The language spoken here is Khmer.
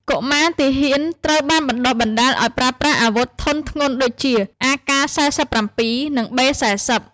កុមារទាហានត្រូវបានបណ្ដុះបណ្ដាលឱ្យប្រើប្រាស់អាវុធធុនធ្ងន់ដូចជា AK-47 និង B-40។